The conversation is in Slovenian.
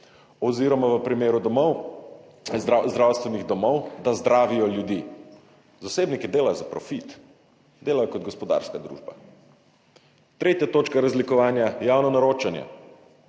oziroma v primeru domov, zdravstvenih domov, da zdravijo ljudi. Zasebniki delajo za profit, delajo kot gospodarska družba. Tretja točka razlikovanja, javna naročanja.